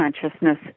consciousness